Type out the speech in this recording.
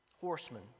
horsemen